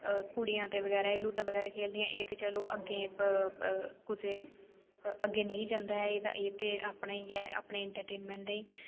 कुड़ियां ते बगैरा एह् लूत्ता बगैरा खेल्लदियां इत्त चलो अग्गें कुसै अग्गें नेईं जंदा ऐ एह् ते अपने गै अपने एंटरटेनमेंट लेई